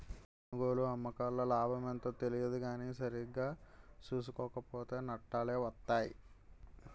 కొనుగోలు, అమ్మకాల్లో లాభమెంతో తెలియదు కానీ సరిగా సూసుకోక పోతో నట్టాలే వొత్తయ్